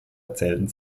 erzählten